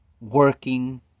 Working